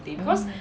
mm